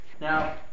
Now